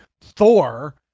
Thor